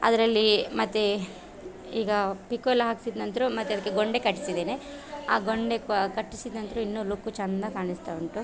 ಅದರಲ್ಲಿ ಮತ್ತು ಈಗ ಹಾಕ್ಸಿದ ನಂತರ ಮತ್ತು ಅದಕ್ಕೆ ಗೊಂಡೆ ಕಟ್ಟಿಸಿದ್ದೇನೆ ಆ ಗೊಂಡೆ ಕಟ್ಟಿಸಿದ ನಂತರ ಇನ್ನು ಲುಕ್ಕು ಚೆಂದ ಕಾಣಿಸ್ತಾ ಉಂಟು